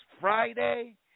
Friday